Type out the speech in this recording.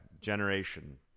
Generation